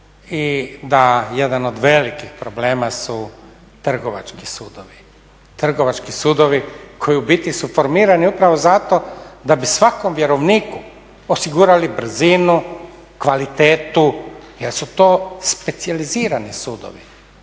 jedan od velikih problema su trgovački sudovi, trgovački sudovi koji u biti su formirani upravo zato da bi svakom vjerovniku osigurali brzinu, kvalitetu jer su to specijalizirani sudovi